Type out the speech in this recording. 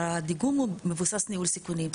אבל הדיגום הוא מבוסס ניהול סיכונים.